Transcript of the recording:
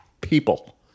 people